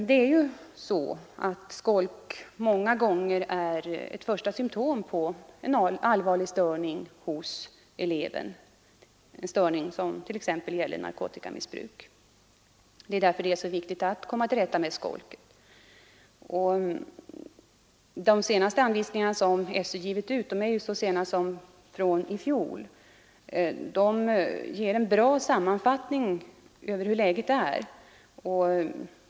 Det är ju så att skolk många gånger är ett första symtom på en allvarlig störning hos eleven, en störning som t.ex. gäller narkotikamissbruk. Det är därför mycket viktigt att komma till rätta med skolket. De senaste anvisningarna som SÖ givit ut är från i fjol, och de ger en god sammanfattning av de bestämmelser som finns.